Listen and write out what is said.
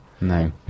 No